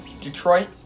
Detroit